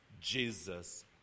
Jesus